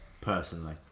personally